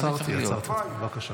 עצרתי את הזמן, בבקשה.